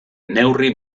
neurri